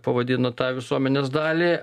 pavadino tą visuomenės dalį